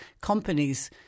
companies